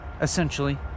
Essentially